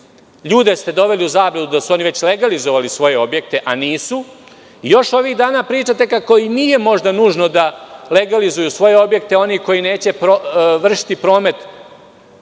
Ljude ste doveli u zabludu da su oni već legalizovali svoje objekte, a nisu. Ovih dana pričate kako i nije možda nužno da legalizuju svoje objekte oni koji neće vršiti promet